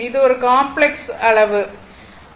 இது ஒரு காம்ப்ளக்ஸ் அளவு ஆகும்